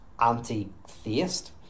anti-theist